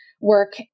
work